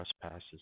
trespasses